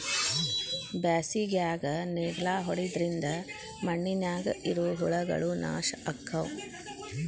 ಬ್ಯಾಸಿಗ್ಯಾಗ ನೇಗ್ಲಾ ಹೊಡಿದ್ರಿಂದ ಮಣ್ಣಿನ್ಯಾಗ ಇರು ಹುಳಗಳು ನಾಶ ಅಕ್ಕಾವ್